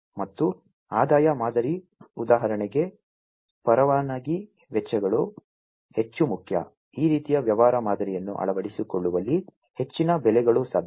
ಮತ್ತು ಆದಾಯ ಮಾದರಿ ಉದಾಹರಣೆಗೆ ಪರವಾನಗಿ ವೆಚ್ಚಗಳು ಹೆಚ್ಚು ಮುಖ್ಯ ಈ ರೀತಿಯ ವ್ಯವಹಾರ ಮಾದರಿಯನ್ನು ಅಳವಡಿಸಿಕೊಳ್ಳುವಲ್ಲಿ ಹೆಚ್ಚಿನ ಬೆಲೆಗಳು ಸಾಧ್ಯ